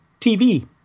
tv